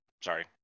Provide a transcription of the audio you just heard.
Sorry